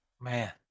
Man